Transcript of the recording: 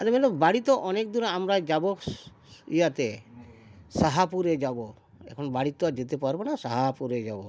ᱟᱫᱚᱧ ᱢᱮᱱᱫᱟ ᱵᱟᱲᱤᱛᱳ ᱚᱱᱮᱠ ᱫᱩᱨᱮ ᱟᱢᱟᱨᱟ ᱡᱟᱵᱚ ᱤᱭᱟᱛᱮ ᱥᱟᱦᱟᱯᱩᱨᱮ ᱡᱟᱵᱚ ᱮᱠᱷᱚᱱ ᱵᱟᱹᱲᱤᱛᱳ ᱡᱮᱛᱮ ᱯᱟᱨᱚᱵᱱᱟ ᱥᱟᱦᱟᱯᱩᱨᱮ ᱡᱟᱵᱚ